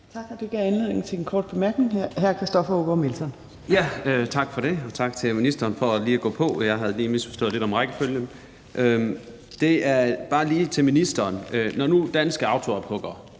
Tak for det, og tak til ministeren for lige at gå på talerstolen. Jeg havde lige misforstået lidt om rækkefølgen. Det er bare lige et spørgsmål til ministeren. Danske autoophuggere,